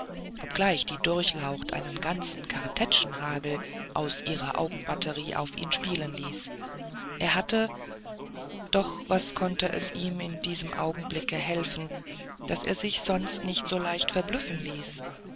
obgleich die durchlaucht einen ganzen kartätschenhagel aus ihrer augenbatterie auf ihn spielen ließ er hatte doch was konnte es ihm in diesem süßen augenblicke helfen daß er sich sonst nicht so leicht verblüffen ließ